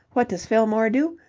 what does fillmore do?